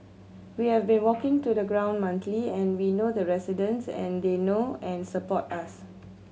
we have been walking to the ground monthly and we know the residents and they know and support us